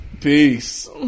peace